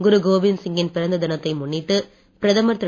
குரு கோவிந்த சிங்கின் பிறந்த தினத்தை முன்னிட்டு பிரதமர் திரு